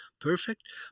perfect